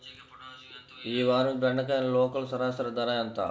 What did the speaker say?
ఈ వారం బెండకాయ లోకల్ సరాసరి ధర ఎంత?